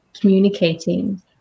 communicating